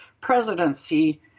presidency